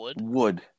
Wood